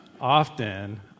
often